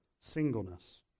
singleness